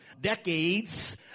decades